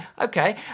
Okay